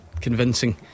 convincing